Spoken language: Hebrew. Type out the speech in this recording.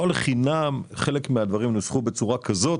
לא לחינם חלק מהדברים נוסחו בצורה כזאת